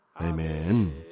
Amen